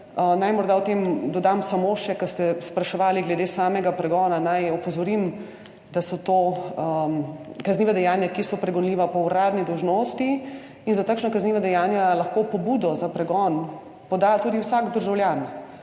Naj morda o tem dodam samo še to, kar ste spraševali glede samega pregona. Naj opozorim, da so to kazniva dejanja, ki so pregonljiva po uradni dolžnosti in za takšna kazniva dejanja lahko pobudo za pregon poda tudi vsak državljan.